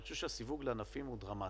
אני חושב שהסיווג לענפים הוא דרמטי.